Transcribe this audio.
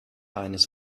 eines